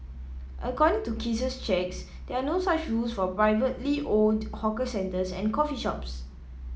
according to Case's checks there are no such rules for privately owned hawker centres and coffee shops